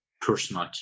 personal